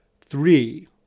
Three